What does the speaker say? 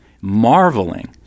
marveling